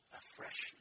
afresh